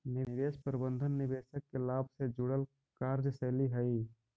निवेश प्रबंधन निवेशक के लाभ से जुड़ल कार्यशैली हइ